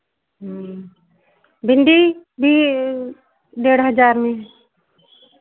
भिन्डी भी डेढ़ हज़ार में